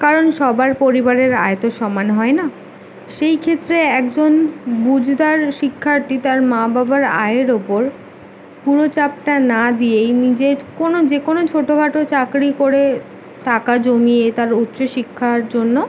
কারণ সবার পরিবারের আয় তো সমান হয় না সেই ক্ষেত্রে একজন বুঝদার শিক্ষার্থী তার মা বাবার আয়ের ওপর পুরো চাপটা না দিয়েই নিজের কোনও যে কোনও ছোটোখাটো চাকরি করে টাকা জমিয়ে তার উচ্চশিক্ষার জন্য